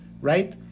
right